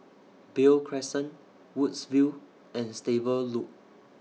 Beo Crescent Woodsville and Stable Loop